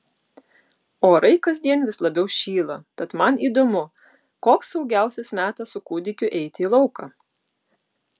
orai kasdien vis labiau šyla tad man įdomu koks saugiausias metas su kūdikiu eiti į lauką